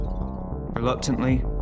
Reluctantly